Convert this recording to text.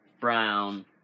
brown